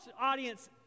audience